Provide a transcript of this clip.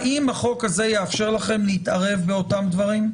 האם החוק הזה יאפשר לכם להתערב באותם דברים,